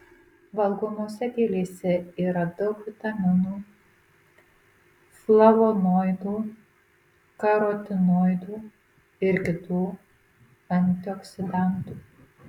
valgomose gėlėse yra daug vitaminų flavonoidų karotinoidų ir kitų antioksidantų